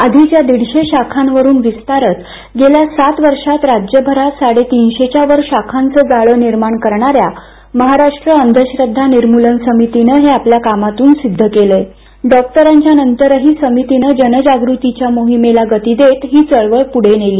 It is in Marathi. आधीच्या दीडशे शाखांवरून विस्तारत गेल्या सात वर्षात राज्यभरात साडेतीनशेच्यावर शाखांचं जाळं निर्माण करणाऱ्या महाराष्ट्र अंधश्रद्धा निर्मूलन समितीनं हे आपल्या कामातून सिद्ध केलं आहेडॉक्टरांच्या नंतरहीसमितीनं जनजागृतीच्या मोहीमेला गती देत ही चळवळ पूढे नेली